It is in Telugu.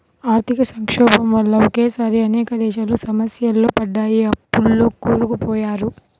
ఆర్థిక సంక్షోభం వల్ల ఒకేసారి అనేక దేశాలు సమస్యల్లో పడ్డాయి, అప్పుల్లో కూరుకుపోయారు